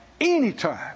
anytime